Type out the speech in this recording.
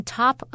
top